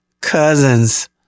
cousins